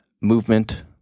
movement